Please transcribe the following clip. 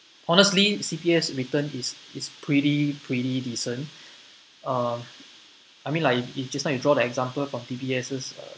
honestly C_P_F return is is pretty pretty decent uh I mean like it just now you draw the example of D_B_S's